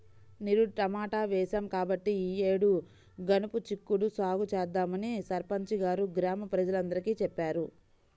నిరుడు టమాటా వేశాం కాబట్టి ఈ యేడు గనుపు చిక్కుడు సాగు చేద్దామని సర్పంచి గారు గ్రామ ప్రజలందరికీ చెప్పారు